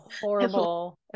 horrible